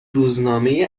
روزنامه